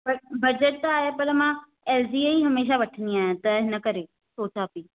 पर बजट त आहे पर मां एल जी ई हमेशह वठंदी आहियां त हिन करे पुछां थी